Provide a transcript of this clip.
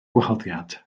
gwahoddiad